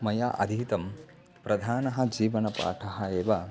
मया अधीतः प्रधानः जीवनपाठः एव